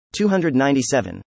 297